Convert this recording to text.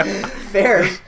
Fair